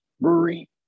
brewery